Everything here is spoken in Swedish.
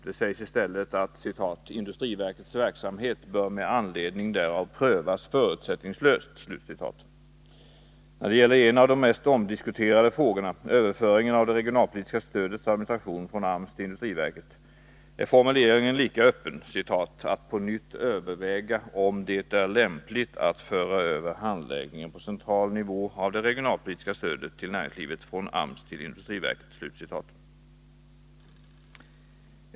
Det sägs i stället att ”industriverkets verksamhet bör med anledning därav prövas förutsättningslöst”. När det gäller en av de mest omdiskuterade frågorna — överföringen av det regionalpolitiska stödets administration från AMS till industriverket — är formuleringen lika öppen, ”att på nytt överväga om det är lämpligt att föra över handläggningen på central nivå av det regionalpolitiska stödet till näringslivet från AMS till industriverket”.